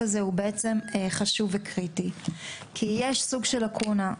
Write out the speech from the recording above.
הזה חשוב וקריטי כי יש סוג של לקונה.